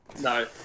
No